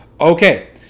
Okay